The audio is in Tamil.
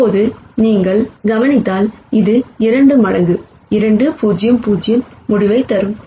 இப்போது நீங்கள் கவனித்தால் இது 2 மடங்கு 2 0 0 முடிவையும் தரும்